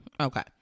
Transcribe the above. okay